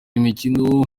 imikino